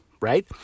right